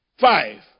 five